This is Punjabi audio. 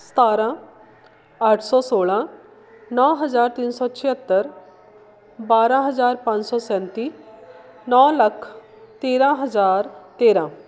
ਸਤਾਰ੍ਹਾਂ ਅੱਠ ਸੌ ਸੋਲ੍ਹਾਂ ਨੌ ਹਜ਼ਾਰ ਤਿੰਨ ਸੌ ਛਿਅੱਤਰ ਬਾਰ੍ਹਾਂ ਹਜ਼ਾਰ ਪੰਜ ਸੌ ਸੈਂਤੀ ਨੌ ਲੱਖ ਤੇਰ੍ਹਾਂ ਹਜ਼ਾਰ ਤੇਰ੍ਹਾਂ